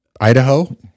Idaho